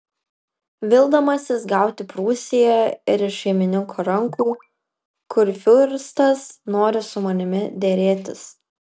vildamasis gauti prūsiją ir iš šeimininko rankų kurfiurstas nori su manimi derėtis